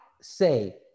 say